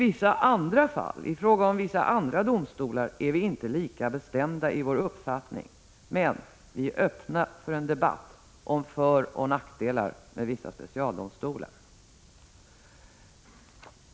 I fråga om vissa andra domstolar är vi inte lika bestämda i vår uppfattning, men vi är öppna för en debatt om föroch nackdelar med vissa specialdomstolar.